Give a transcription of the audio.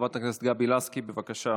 חברת הכנסת גבי לסקי, בבקשה.